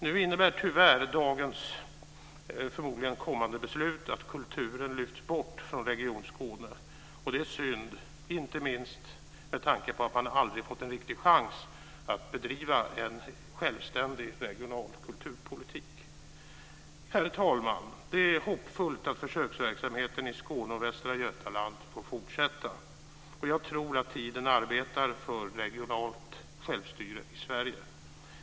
Nu innebär tyvärr det som förmodligen blir dagens kommande beslut att kulturen lyfts bort från Region Skåne. Det är synd, inte minst med tanke på att man aldrig har fått en riktig chans att bedriva en självständig regional kulturpolitik. Herr talman! Det är hoppfullt att försöksverksamheten i Skåne och Västra Götaland får fortsätta. Jag tror att tiden arbetar för regionalt självstyre i Sverige.